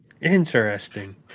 Interesting